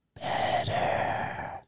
better